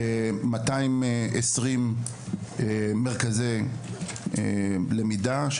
220 מרכזי למידה.